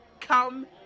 Come